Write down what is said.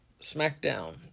SmackDown